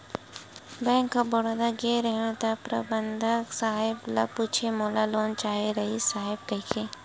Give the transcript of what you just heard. bank of Baroda गेंव रहेव त परबंधक साहेब ल पूछेंव मोला लोन चाहे रिहिस साहेब कहिके